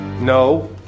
no